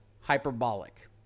hyperbolic